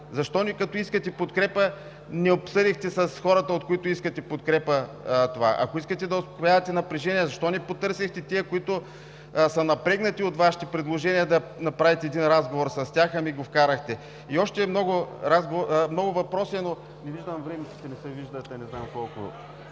Защо, като искате подкрепа, не обсъдихте с хората, от които искате подкрепа, това? Ако искате да успокоявате напрежение, защо не потърсихте тези, които са напрегнати от Вашите предложения, да направите един разговор с тях, ами го внесохте? И още много въпроси, но не виждам колко време остава.